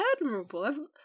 admirable